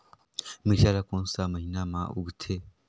मिरचा ला कोन सा महीन मां उगथे?